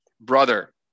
brother